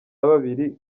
babiri